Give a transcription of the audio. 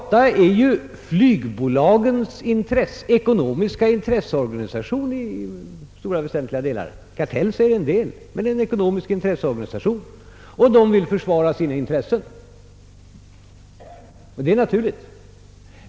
IATA är ju flygbolagens ekonomiska intresseorganisation — en kartell, säger en del — och den vill naturligtvis försvara flygbolagens intressen.